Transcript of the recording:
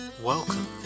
Welcome